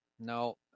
No